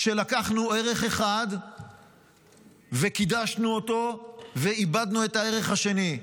כשלקחנו ערך אחד וקידשנו אותו ואיבדנו את הערך השני.